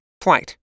flight